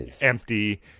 empty